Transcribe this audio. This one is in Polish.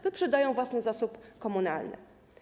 Wyprzedają własny zasób komunalny.